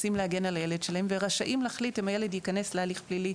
רוצים להגן על הילד שלהם ורשאים להחליט אם הילד ייכנס להליך פלילי,